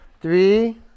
Three